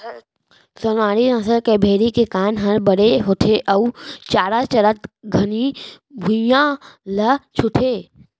सोनारी नसल के भेड़ी के कान हर बड़े होथे अउ चारा चरत घनी भुइयां ल छूथे